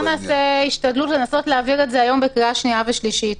בואו נעשה השתדלות לנסות להעביר את זה היום בקריאה השנייה והשלישית.